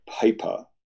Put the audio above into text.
paper